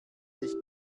sich